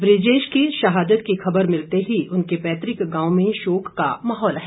बृजेश की शहादत की खबर मिलते ही उनके पैतृक गांव में शोक का माहौल है